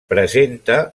presenta